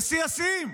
ושיא השיאים,